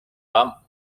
vậy